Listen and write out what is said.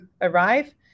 arrive